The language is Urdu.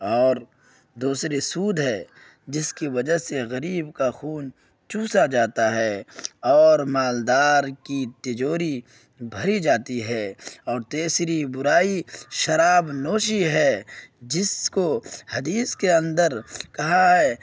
اور دوسری سود ہے جس کی وجہ سے غریب کا خون چوسا جاتا ہے اور مالدار کی تجوری بھری جاتی ہے اور تیسری برائی شراب نوشی ہے جس کو حدیث کے اندر کہا ہے